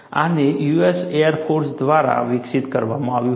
આને US air force દ્વારા વિકસિત કરવામાં આવ્યું હતું